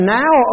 now